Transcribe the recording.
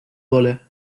wolle